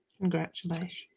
Congratulations